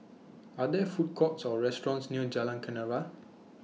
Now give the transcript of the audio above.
Are There Food Courts Or restaurants near Jalan Kenarah